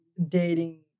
dating